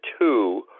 two